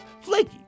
flaky